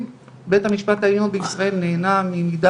גם הקמפיין אגב החדש של האגודה למלחמה